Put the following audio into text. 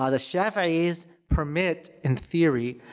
al-shafi'is permit, in theory,